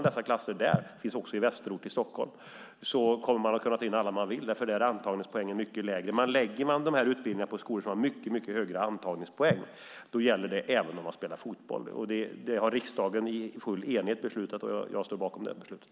De finns också i Västerort. Förlägger man dessa klasser dit kommer man att kunna ta in alla man vill, för där är antagningspoängen mycket lägre. Men lägger man dessa utbildningar på en skola som har mycket högre antagningspoäng gäller den antagningspoängen även om man spelar fotboll. Det har riksdagen i full enighet beslutat, och jag står bakom det beslutet.